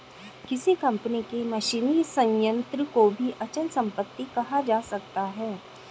किसी कंपनी के मशीनी संयंत्र को भी अचल संपत्ति कहा जा सकता है